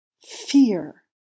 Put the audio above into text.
Fear